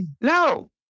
No